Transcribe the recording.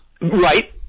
Right